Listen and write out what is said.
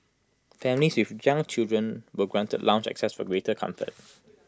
families with young children were granted lounge access for greater comfort